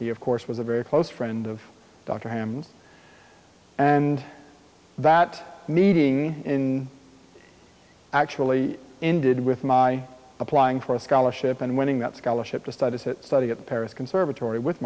he of course was a very close friend of dr ham and that meeting in actually ended with my applying for a scholarship and winning that scholarship to study to study at paris conservatory with